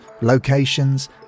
locations